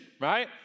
right